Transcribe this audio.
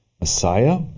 Messiah